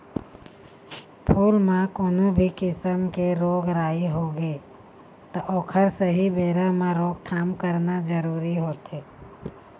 फूल म कोनो भी किसम के रोग राई होगे त ओखर सहीं बेरा म रोकथाम करना जरूरी होथे